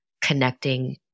connecting